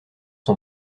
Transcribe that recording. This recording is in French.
son